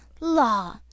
Law